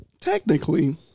technically